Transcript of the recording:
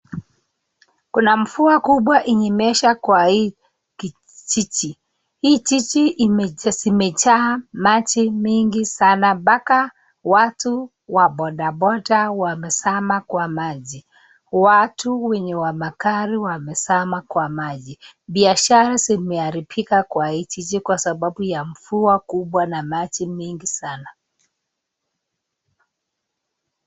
Kuna mvua kubwa imenyesha kwa hii kijiji ,hii jiji imejaa maji mingi sana mpaka watu wa bodaboda wamezama kwa maji ,watu wenye wa magari wamezama kwa maji, biashara zimeharibika kwa hii jiji kwa sababu ya mvua kubwa na maji mingi sana.